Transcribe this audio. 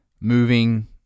moving